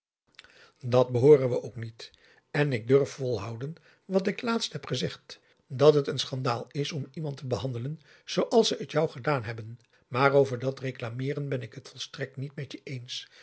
dat behooren we ook niet en ik durf volhouden wat ik laatst heb gezegd dat het een schandaal is om iemand te behandelen zooals ze het jou gedaan hebben maar over dat reclameeren ben ik het volstrekt niet met je eens